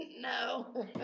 no